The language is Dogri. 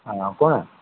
हां कु'न